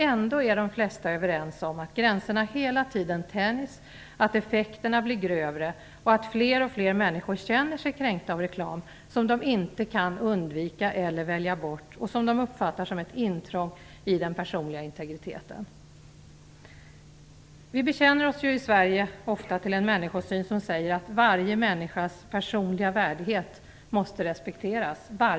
Ändå är de flesta överens om att gränserna hela tiden tänjs, att effekterna blir grövre och att fler och fler människor känner sig kränkta av reklam som de inte kan undvika eller välja bort och som de uppfattar som ett intrång i den personliga integriteten. Vi bekänner oss ju i Sverige ofta till en människosyn som säger att varje människas personliga värdighet måste respekteras.